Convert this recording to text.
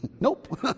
Nope